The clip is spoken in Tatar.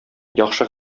яхшы